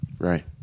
right